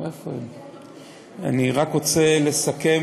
אני רק רוצה לסכם,